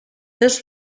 this